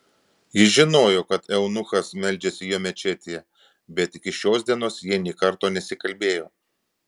jis žinojo kad eunuchas meldžiasi jo mečetėje bet iki šios dienos jie nė karto nesikalbėjo